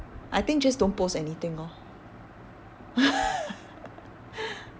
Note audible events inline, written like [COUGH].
I think just don't post anything orh [LAUGHS]